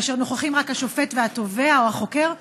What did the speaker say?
כאשר נוכחים רק השופט והתובע או החוקר,